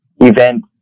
event